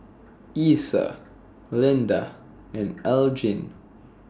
Iesha Lynda and Elgin